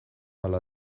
ala